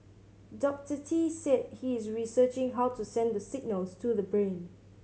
Doctor Tee said he is researching how to send the signals to the brain